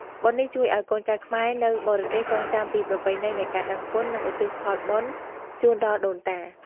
បុណ្យនេះជួយឱ្យកូនចៅខ្មែរនៅបរទេសចងចាំពីប្រពៃណីនៃការដឹងគុណ និងឧទ្ទិសផលបុណ្យជូនដល់ដូនតា។